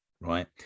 right